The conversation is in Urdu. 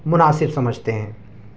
مناسب سمجھتے ہیں